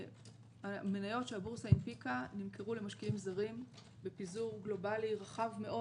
המניות שהבורסה הנפיקה נמכרו למשקיעים זרים בפיזור גלובאלי רחב מאוד.